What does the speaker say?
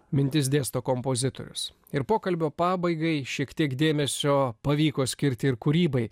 mintis dėsto kompozitorius ir pokalbio pabaigai šiek tiek dėmesio pavyko skirti ir kūrybai